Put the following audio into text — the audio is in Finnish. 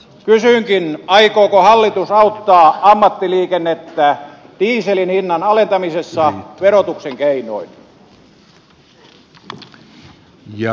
kysynkin aikooko hallitus auttaa ammattiliikennettä dieselin hinnan alentamisessa verotuksen keinoin